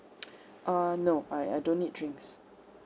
uh no I I don't need drinks